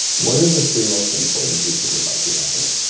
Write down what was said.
what are the three most important piece of advice you'd have for me?